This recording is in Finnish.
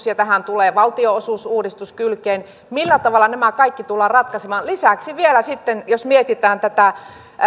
ja tähän tulee valtionosuusuudistus kylkeen millä tavalla nämä kaikki tullaan ratkaisemaan lisäksi vielä sitten jos mietitään tätä